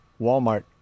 Walmart